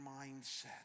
mindset